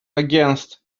against